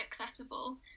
accessible